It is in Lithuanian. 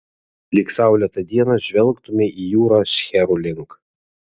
lyg saulėtą dieną žvelgtumei į jūrą šcherų link